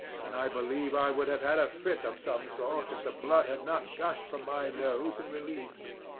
and i believe i would have had a fit of some sort if the blood had not gushed from my nose and relieved me.